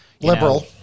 Liberal